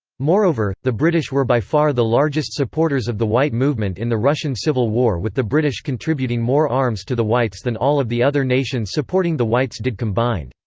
moreover, the british were by far the largest supporters of the white movement in the russian civil war with the british contributing more arms to the whites than all of the other nations supporting the whites did combined.